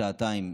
שעתיים,